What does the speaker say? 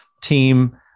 team